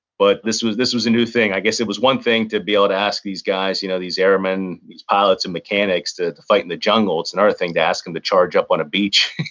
but this was this was a new thing. i guess it was one thing to be able to ask these guys, you know these airmen, these pilots and mechanics, to to fight in the jungle. it's and another thing to ask them to charge up on a beach,